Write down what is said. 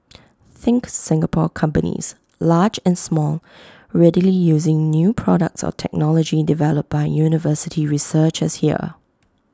think Singapore companies large and small readily using new products or technology developed by university researchers here